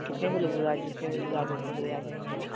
अब कितने बजे बुलाए जितने बजे बुला दोगे उतने बजे आ जाएँगे हम